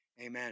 amen